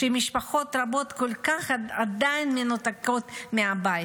כשמשפחות רבות כל כך עדיין מנותקות מהבית,